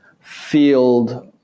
field